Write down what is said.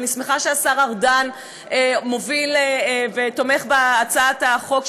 ואני שמחה שהשר ארדן מוביל ותומך בהצעת החוק,